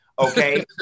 Okay